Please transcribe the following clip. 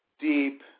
deep